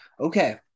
Okay